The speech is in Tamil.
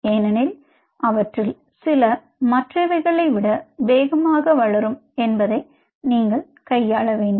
ஏனென்றால் அவற்றில் சில மற்றவைகளை விட வேகமாக வளரும் என்பதை நீங்கள் கையாள வேண்டும்